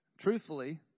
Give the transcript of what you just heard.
truthfully